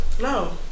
No